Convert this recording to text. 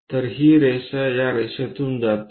तर ही रेषा या रेषेतून दिसते